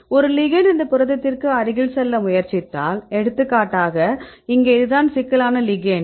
ஒரு லிகெண்ட் இந்த புரதத்திற்கு அருகில் செல்ல முயற்சித்தால் எடுத்துக்காட்டாக இங்கே இதுதான் சிக்கலான லிகெெண்ட்